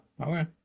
okay